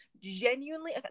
genuinely